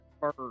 bird